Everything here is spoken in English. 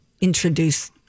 introduce